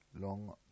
long